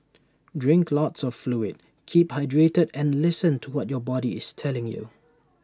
drink lots of fluid keep hydrated and listen to what your body is telling you